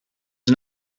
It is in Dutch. een